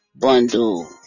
bundle